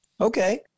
Okay